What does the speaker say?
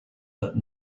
but